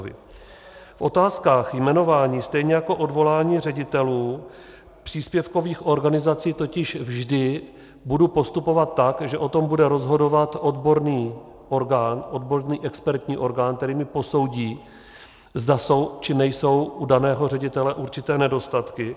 V otázkách jmenování stejně jako odvolání ředitelů příspěvkových organizací totiž vždy budu postupovat tak, že o tom bude rozhodovat odborný orgán, odborný expertní orgán, který mi posoudí, zda jsou či nejsou u daného ředitele určité nedostatky.